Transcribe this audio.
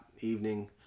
evening